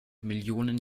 millionen